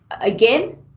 again